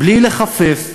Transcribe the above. בלי לחפף,